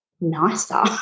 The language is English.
nicer